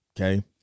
Okay